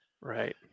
Right